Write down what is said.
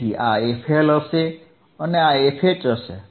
તેથી આ fL હશે અને આ fH હશે